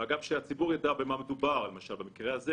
במקרה הזה,